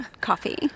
coffee